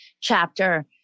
chapter